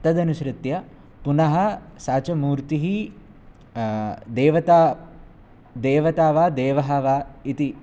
तदनुसृत्य पुनः सः च मूर्तिः देवता देवता वा देवः वा इति